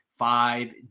Five